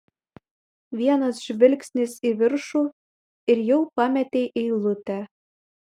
vienas žvilgsnis į viršų ir jau pametei eilutę